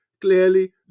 Clearly